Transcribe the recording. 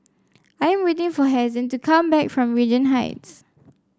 I am waiting for Hazen to come back from Regent Heights